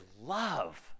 love